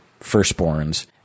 firstborns